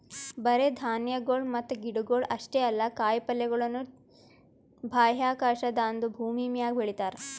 ಬರೇ ಧಾನ್ಯಗೊಳ್ ಮತ್ತ ಗಿಡಗೊಳ್ ಅಷ್ಟೇ ಅಲ್ಲಾ ಕಾಯಿ ಪಲ್ಯಗೊಳನು ಬಾಹ್ಯಾಕಾಶದಾಂದು ಭೂಮಿಮ್ಯಾಗ ಬೆಳಿತಾರ್